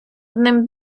одним